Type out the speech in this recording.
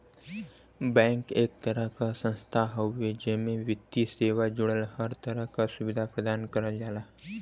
bank एक तरह क संस्थान हउवे जेमे वित्तीय सेवा जुड़ल हर तरह क सुविधा प्रदान करल जाला